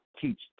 teach